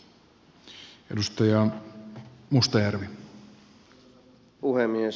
arvoisa puhemies